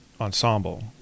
ensemble